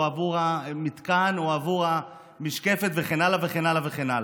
עבור המתקן או עבור המשקפת וכן הלאה וכן הלאה וכן הלאה.